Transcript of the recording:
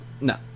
No